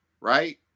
right